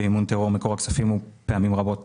במימון טרור מקור הכספים הוא פעמים רבות